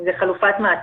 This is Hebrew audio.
אם זו חלופת מעצר,